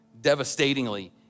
devastatingly